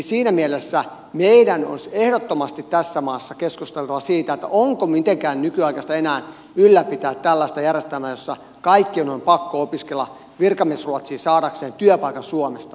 siinä mielessä meidän olisi ehdottomasti tässä maassa keskusteltava siitä onko mitenkään nykyaikaista enää ylläpitää tällaista järjestelmää jossa kaikkien on pakko opiskella virkamiesruotsi saadakseen työpaikan suomesta